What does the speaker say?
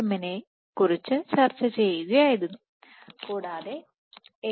എമ്മിനെക്കുറിച്ച് ചർച്ച ചെയ്യുകയായിരുന്നു കൂടാതെ എ